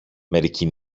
μερικοί